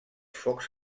focs